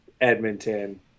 Edmonton